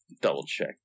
double-check